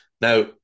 Now